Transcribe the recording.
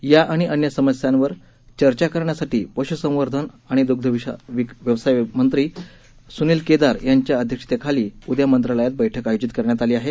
या आणि अन्य समस्यांवर चर्चा करण्यासाठी पश्संवर्धन आणि द्ग्धव्यवसाय विकास मंत्री स्नील केदार यांच्या अध्यक्षतेखाली उद्या मंत्रालयात बैठक आयोजित करण्यात आली आहे